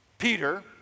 Peter